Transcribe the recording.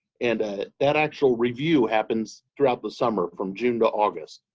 and ah that actual review happens throughout the summer from june to august.